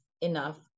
enough